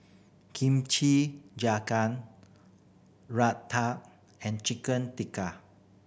Kimchi and Chicken Tikka